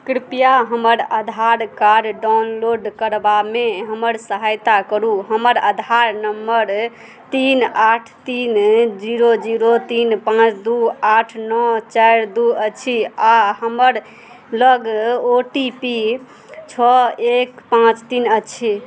कृपया हमर Aadhaar card download करबामे हमर सहायता करू हमर आधार नम्बर तीन आठ तीन जीरो जीरो तीन पाँच दू आठ नओ चारि दू अछि आ हमर लग ओ टी पी छओ एक पाँच तीन अछि